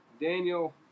Daniel